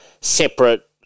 separate